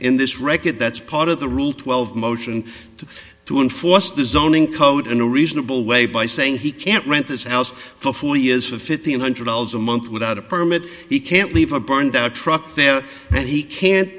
in this wreckage that's part of the rule twelve motion to enforce the zoning code in a reasonable way by saying he can't rent this house for four years for fifteen hundred dollars a month without a permit he can't leave a burned out truck there and he can't